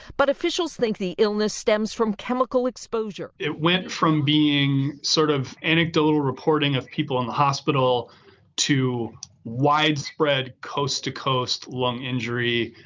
but officials think the illness stems from chemical exposure it went from being sort of anecdotal reporting of people in the hospital to widespread widespread coast-to-coast lung injury,